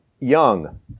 young